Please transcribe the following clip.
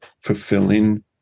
fulfilling